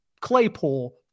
Claypool